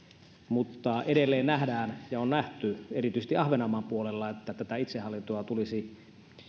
mutta edelleen nähdään ja on nähty erityisesti ahvenanmaan puolella että tätä itsehallintoa tulisi